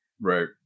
right